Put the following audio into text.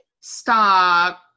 Stop